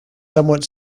somewhat